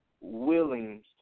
willing